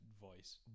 voice